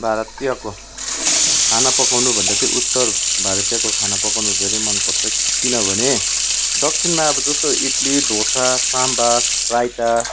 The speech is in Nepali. भारतीयको खाना पकाउनुभन्दा चाहिँ उत्तर भारतीयको खाना पकाउनु धेरै मन पर्छ किनभने दक्षिणमा अब जस्तो इडली ढोसा सामबार राइता